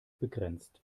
begrenzt